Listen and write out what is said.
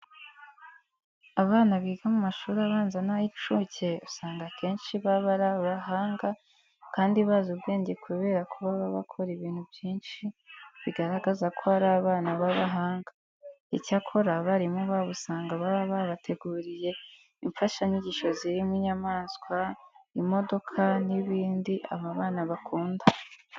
Abana biga mu mashuri abanza n'ay'incuke usanga akenshi baba ari abahanga kandi bazi ubwenge kubera ko baba bakora ibintu byinshi bigaragaza ko ari abana b'abahanga. Icyakora abarimu babo usanga baba barabateguriye imfashanyigisho zirimo inyamaswa, imodoka n'ibindi aba bana bakunda.